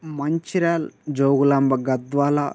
Mancherial Jogulamba Gadwal